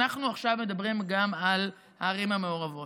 אנחנו עכשיו מדברים גם על הערים המעורבות.